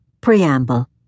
Preamble